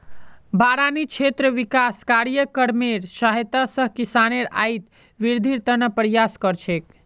बारानी क्षेत्र विकास कार्यक्रमेर सहायता स किसानेर आइत वृद्धिर त न प्रयास कर छेक